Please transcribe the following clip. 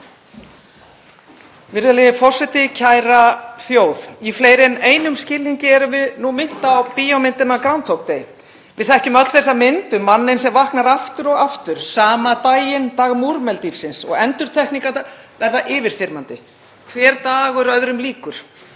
Virðulegi forseti. Kæra þjóð. Í fleiri en einum skilningi erum við nú minnt á bíómyndina Groundhog Day. Við þekkjum öll þessa mynd um manninn sem vaknar aftur og aftur sama daginn, dag múrmeldýrsins, og endurtekningarnar verða yfirþyrmandi, hver dagur öðrum líkur.